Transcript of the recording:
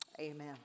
Amen